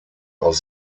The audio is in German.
auf